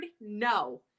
no